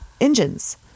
engines